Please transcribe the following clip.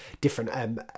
different